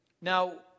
Now